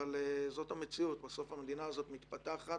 אבל זאת המציאות, בסוף המדינה הזאת מתפתחת